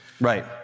Right